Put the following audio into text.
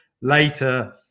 later